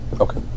Okay